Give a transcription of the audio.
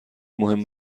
مهم